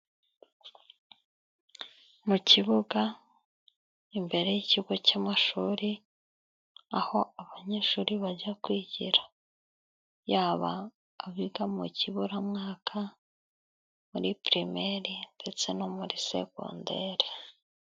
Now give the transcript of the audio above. Mu kibuga imbere y'ikigo cy'amashuri aho abanyeshuri bajya kwigira yaba abiga: mu kiburamwaka, muri pirimere, ndetse no muri segondere.